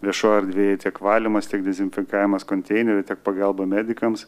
viešoje erdvėje tiek valymas tiek dezinfekavimas konteinerių tiek pagalba medikams